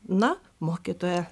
na mokytoja